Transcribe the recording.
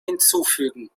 hinzufügen